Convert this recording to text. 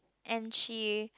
and she